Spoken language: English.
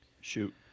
Shoot